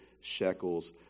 shekels